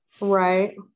right